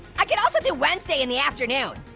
i could also do wednesday in the afternoon.